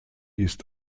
ist